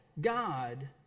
God